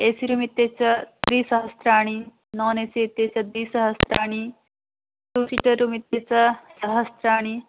ए C room इत्यस्य त्रिसहस्राणि non A C इत्यस्य द्विसहस्राणि टू सीटर् रूम् इत्यस्य सहस्राणि